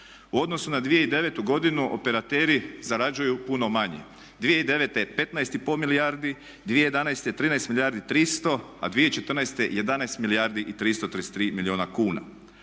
U odnosu na 2009.godinu operateri zarađuju puno manje. 2009. je 15,5 milijardi, 2013. 13 milijardi i 300, a 2014. 11 milijardi i 333 milijuna kuna.